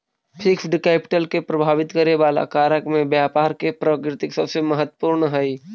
fixed capital के प्रभावित करे वाला कारक में व्यापार के प्रकृति सबसे महत्वपूर्ण हई